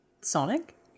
Sonic